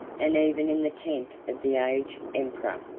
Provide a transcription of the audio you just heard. and even in the tent of the aged emperor.